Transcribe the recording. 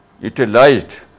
utilized